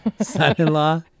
son-in-law